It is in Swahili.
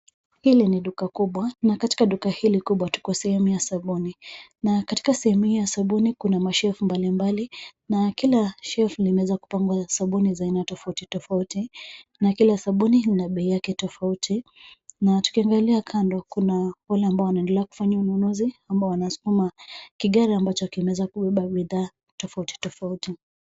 Hili ni duka kubwa, na katika duka hili kubwa tuko sehemu ya sabuni na katika sehemu hii ya sabuni, kuna mashelfu mbalimbali na kila shelf limewezwa kupangwa na sabuni za aina tofauti tofauti na kila sabuni lina bei yake tofauti na tukiangalia kando kuna wale ambao wanaendelea kufanya ununuzi, ambao wanasukuma kigari ambacho kimeweza kubeba bidhaa tofauti tofauti.